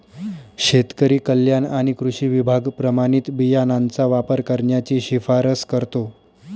शेतकरी कल्याण आणि कृषी विभाग प्रमाणित बियाणांचा वापर करण्याची शिफारस करतो